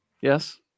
yes